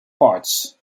parts